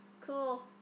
cool